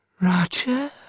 Roger